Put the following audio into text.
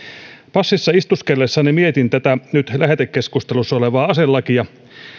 passissa istuskellessani mietin tätä nyt lähetekeskustelussa olevaa aselakia